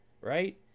right